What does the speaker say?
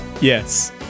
yes